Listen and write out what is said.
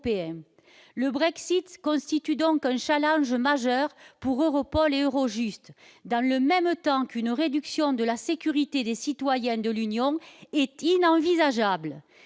le Brexit constitue donc un challenge majeur pour Europol et Eurojust dans le même temps qu'une réduction de la sécurité des citoyens de l'Union est inenvisageable,